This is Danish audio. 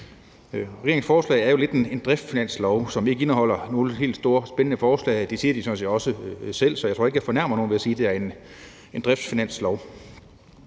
Regeringens forslag er jo lidt en driftsfinanslov, som ikke indeholder nogen helt store og spændende forslag. Det siger de sådan set også selv, så jeg tror ikke, jeg fornærmer nogen ved at sige, det er en driftsfinanslov.